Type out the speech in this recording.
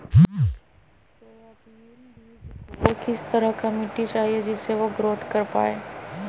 Soybean बीज को किस तरह का मिट्टी चाहिए जिससे वह ग्रोथ कर पाए?